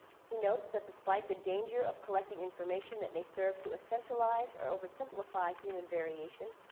he notes that despite the danger of collecting information that may serve to essentialize or oversimplify human variation,